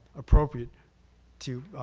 appropriate to